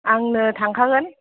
आंनो थांखागोन